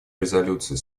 резолюции